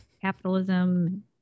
capitalism